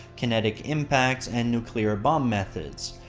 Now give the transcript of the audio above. kinetic impacts, and nuclear bomb methods.